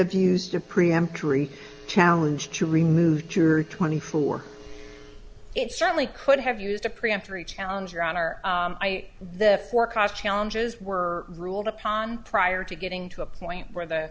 abuse to preemptory challenge to remove your twenty four it certainly could have used a preemptory challenge your honor by the forecast challenges were ruled upon prior to getting to a point where the